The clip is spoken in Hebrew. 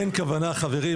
אין כוונה חברים,